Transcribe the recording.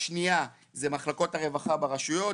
השנייה זה מחלקות הרווחה ברשויות,